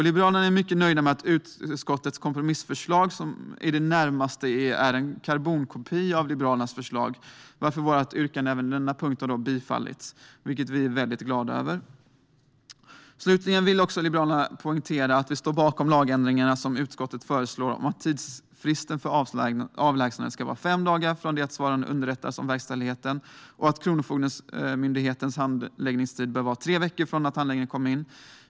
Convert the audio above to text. Liberalerna är mycket nöjda med utskottets kompromissförslag. Det är i det närmaste en karbonkopia av Liberalernas förslag, varför vårt yrkande även på denna punkt kommer att bifallas. Det är vi väldigt glada över. Slutligen vill vi i Liberalerna poängtera att vi står bakom de lagändringar utskottet föreslår om att tidsfristen för avlägsnandet ska vara fem dagar från det att svaranden underrättas om verkställigheten och att Kronofogdemyndighetens handläggningstid bör vara tre veckor från det att handlingarna kommer in.